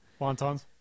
Wontons